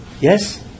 Yes